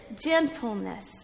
gentleness